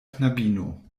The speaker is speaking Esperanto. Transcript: knabino